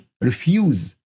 refuse